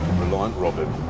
reliant robin.